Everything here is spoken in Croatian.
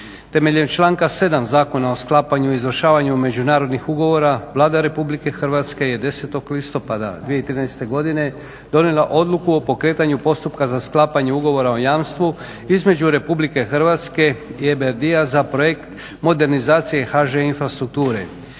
Temeljem članka 7. Zakona o sklapanju i izvršavanju međunarodnih ugovora Vlada Republike Hrvatske je 10. listopada 2013. donijela odluku o pokretanju postupka za sklapanje ugovora o jamstvu između Republike Hrvatske i EBRD-a za projekt modernizacije HŽ-Infrastrukture